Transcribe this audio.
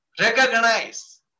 Recognize